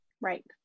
Right